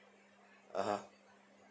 (uh huh)